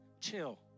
Chill